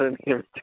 करणीयम्